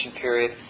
period